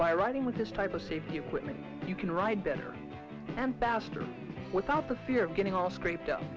by writing with this type of safety equipment you can ride better and bastard without the fear of getting all scraped up